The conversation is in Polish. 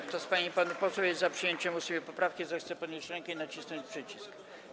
Kto z pań i panów posłów jest za przyjęciem 8. poprawki, zechce podnieść rękę i nacisnąć przycisk.